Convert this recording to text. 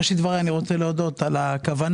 בראשית דבריי אני רוצה להודות על הכוונה